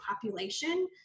population